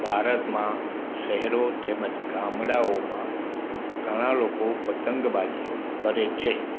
ભારતમાં શહેરો તેમજ ગામડાઓમાં ઘણા લોકો પતંગબાજી કરે છે